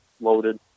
loaded